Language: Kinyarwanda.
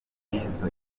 nk’izo